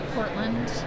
Portland